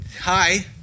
hi